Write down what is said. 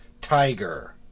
Tiger